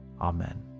Amen